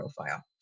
profile